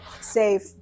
safe